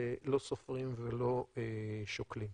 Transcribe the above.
לא סופרים ולא שוקלים.